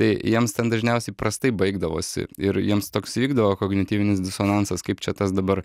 tai jiems ten dažniausiai prastai baigdavosi ir jiems toks įvykdavo kognityvinis disonansas kaip čia tas dabar